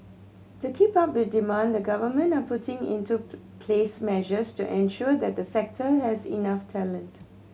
to keep up with demand the government are putting into place measures to ensure that the sector has enough talent